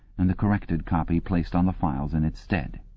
and the corrected copy placed on the files in its stead.